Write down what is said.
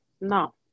No